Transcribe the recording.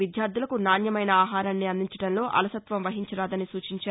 విద్యార్దలకు నాణ్యమైన ఆహారాన్ని అందించదంలో అలసత్వం వహించరాదని సూచించారు